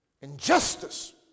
injustice